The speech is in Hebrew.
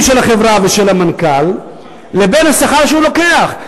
של החברה ושל המנכ"ל לבין השכר שהוא לוקח.